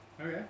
okay